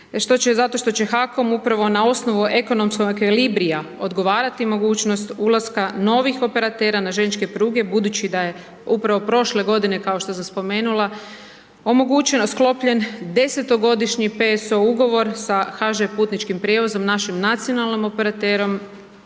zato što će HAKOM upravo na osnovu ekonomske …/nerazumljivo/… odgovarati mogućnost ulaska novih operatera na željezničke pruge budući da je upravo prošle godine kao što sam spomenula omogućen, sklopljen desetogodišnji PSO ugovor sa HŽ Putničkim prijevozom našim nacionalnim operaterom